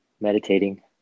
meditating